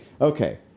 Okay